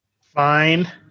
Fine